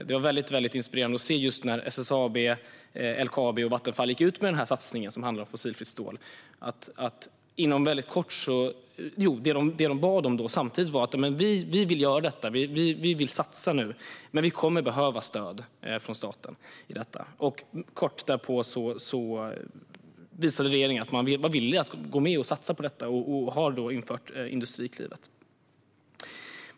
Det var väldigt inspirerande att se när SSAB, LKAB och Vattenfall gick ut med den här satsningen, som handlar om fossilfritt stål. De sa då: Vi vill göra detta, vi vill satsa, men vi kommer att behöva stöd från staten. Kort därefter visade regeringen att man var villig att vara med och satsa på detta, och man har nu infört Industriklivet.